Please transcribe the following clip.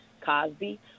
Cosby